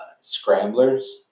scramblers